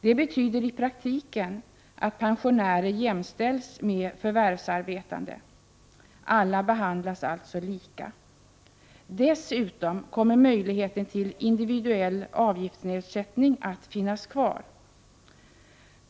Det betyder i praktiken att pensionärer jämställs med förvärvsarbetande. Alla behandlas alltså lika. Dessutom kommer möjligheten till individuell avgiftsnedsättning att finnas kvar.